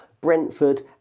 Brentford